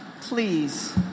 Please